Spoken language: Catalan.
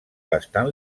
bastant